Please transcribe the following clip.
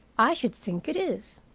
i should think it is,